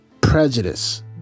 Prejudice